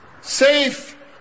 safe